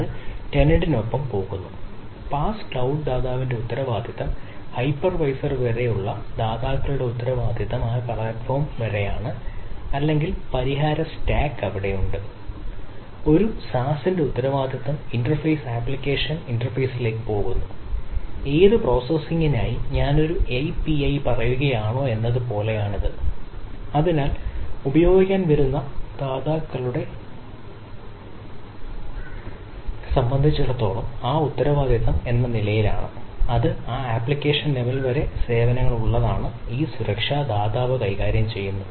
ഒരു SaaS ന്റെ ഉത്തരവാദിത്തം ഇന്റർഫേസ് ആപ്ലിക്കേഷൻ വരെ സേവനങ്ങൾ ഉള്ളതാണ് ഈ സുരക്ഷ ദാതാവ് കൈകാര്യം ചെയ്യുന്നത്